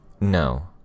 No